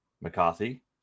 McCarthy